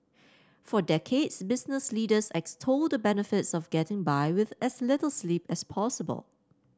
for decades business leaders extolled the benefits of getting by with as little sleep as possible